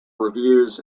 reviews